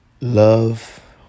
Love